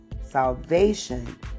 salvation